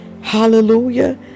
Hallelujah